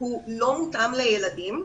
הוא לא מותאם לילדים,